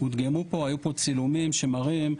הודגמו פה, היו פה צילומים שמראים בניינים,